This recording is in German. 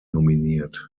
nominiert